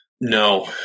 No